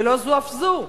לא זו אף זו,